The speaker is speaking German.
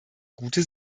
gute